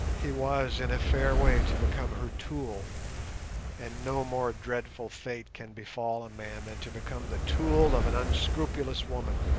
he was in a fair way to become her tool and no more dreadful fate can befall a man than to become the tool of an unscrupulous woman,